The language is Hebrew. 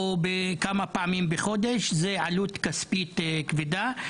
או כמה פעמים בחודש - זו עלות כספית כבדה.